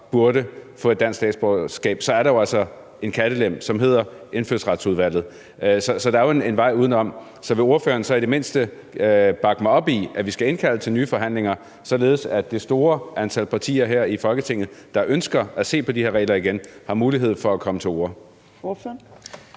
burde få et dansk statsborgerskab, så er der jo altså en kattelem, der hedder Indfødsretsudvalget. Så der er jo en vej udenom. Så vil ordføreren i det mindste bakke mig op i, at vi skal indkalde til nye forhandlinger, således at det store antal partier her i Folketinget, der ønsker at se på de regler igen, har mulighed for at komme til orde?